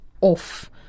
off